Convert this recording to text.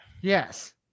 Yes